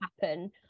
happen